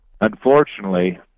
Unfortunately